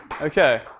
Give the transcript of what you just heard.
Okay